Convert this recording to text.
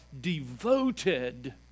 devoted